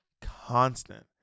constant